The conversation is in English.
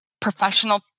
professional